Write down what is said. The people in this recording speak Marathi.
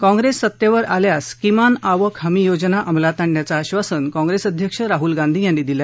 काँग्रेस सत्तेवर आल्यास किमान आवक हमी योजना अमलात आणण्याचं आधासन काँग्रेस अध्यक्ष राहुल गांधी यांनी दिलं